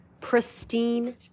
pristine